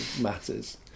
matters